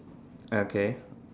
okay